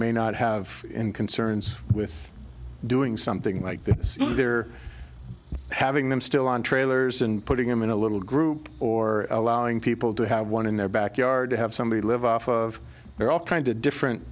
may not have in concerns with doing something like this having them still on trailers and putting them in a little group or allowing people to have one in their backyard to have somebody live off of there are all kinds of different